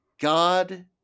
God